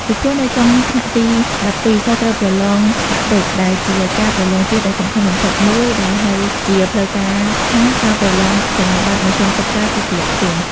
ពីព្រោះនៅចុងថ្នាក់ទី១២ សិស្សត្រូវប្រឡងបាក់ឌុប ដែលជាការប្រឡងជាតិដ៏សំខាន់បំផុតមួយ ដែលហៅជាផ្លូវការថាការប្រឡងសញ្ញាបត្រមធ្យមសិក្សាទុតិយភូមិ។